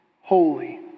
holy